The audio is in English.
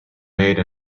made